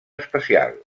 especial